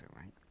right